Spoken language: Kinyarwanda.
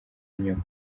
nyoko